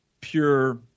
pure